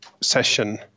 session